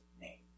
name